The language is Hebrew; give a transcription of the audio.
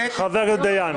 חבר הכנסת דיין.